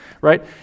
right